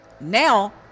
Now